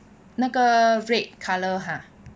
那个 red color !huh!